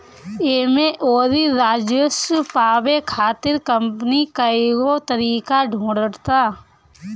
एमे अउरी राजस्व पावे खातिर कंपनी कईगो तरीका ढूंढ़ता